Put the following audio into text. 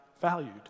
valued